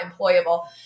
employable